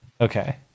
Okay